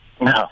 No